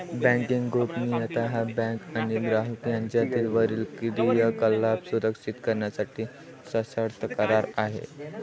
banking गोपनीयता हा bank आणि ग्राहक यांच्यातील वरील क्रियाकलाप सुरक्षित करण्यासाठी सशर्त करार आहे